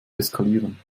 eskalieren